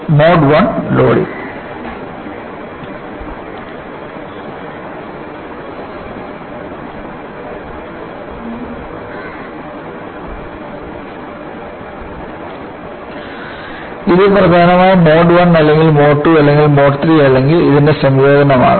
mode I loading ഇത് പ്രധാനമായും mode I അല്ലെങ്കിൽ മോഡ് II അല്ലെങ്കിൽ മോഡ് III അല്ലെങ്കിൽ ഇതിന്റെ സംയോജനമാകാം